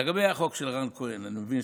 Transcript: לגבי החוק של רן כהן, אני מבין,